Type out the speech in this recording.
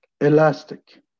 elastic